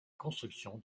construction